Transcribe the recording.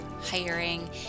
hiring